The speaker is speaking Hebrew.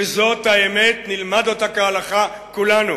וזאת האמת, נלמד אותה כהלכה כולנו: